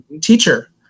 teacher